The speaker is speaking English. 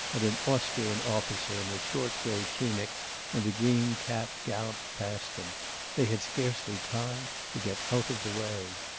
and an austrian officer in a short grey tunic and a green cap galloped past them they had scarcely time to get out of the way.